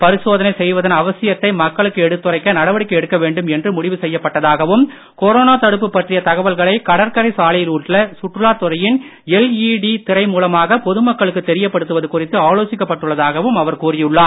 பரிசோதனை செய்வதன் அவசியத்தை மக்களுக்கு எடுத்துரைக்க நடவடிக்கை எடுக்க வேண்டும் என்று முடிவு செய்யப்பட்டதாகவும் கொரோனா தடுப்பு பற்றிய தகவல்களை கடற்கரை சாலையில் உள்ள சுற்றுலாத்துறையின் எல்இடி திரை குறித்து ஆலோசிக்கப் பட்டுள்ளதாகவும் அவர் கூறியுள்ளார்